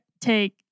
take